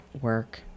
work